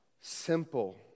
simple